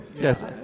yes